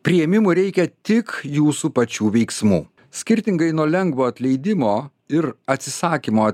priėmimui reikia tik jūsų pačių veiksmų skirtingai nuo lengvo atleidimo ir atsisakymo